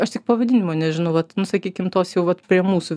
aš tik pavadinimo nežinau vat nu sakykim tos jau vat prie mūsų